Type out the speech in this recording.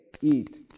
eat